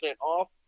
off